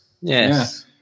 Yes